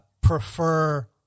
prefer